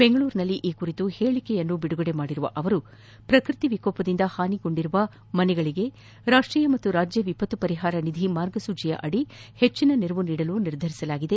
ಬೆಂಗಳೂರಿನಲ್ಲಿ ಈ ಕುರಿತು ಹೇಳಿಕೆ ಬಿಡುಗಡೆ ಮಾಡಿರುವ ಅವರು ಪ್ರಕೃತಿ ವಿಕೋಪದಿಂದ ಹಾನಿಹೊಂಡಿರುವ ಮನೆಗಳಿಗೆ ರಾಷ್ಷೀಯ ಮತ್ತು ರಾಜ್ಯ ವಿಪತ್ತು ಪರಿಹಾರ ನಿಧಿ ಮಾರ್ಗಸೂಚಿಯಡಿ ಹೆಜ್ಜಿನ ನೆರವು ನೀಡಲು ನಿರ್ಧರಿಸಲಾಗಿದೆ